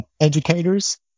educators